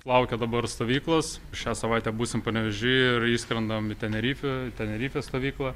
laukia dabar stovyklos šią savaitę būsim panevėžy ir įskrendam į tenerifę tenerifės stovyklą